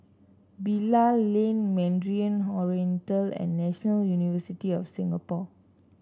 Bilal Lane Mandarin Oriental and National University of Singapore